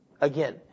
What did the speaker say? Again